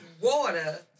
water